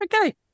okay